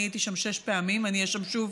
אני הייתי שם שש פעמים, אהיה שם שוב